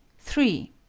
three.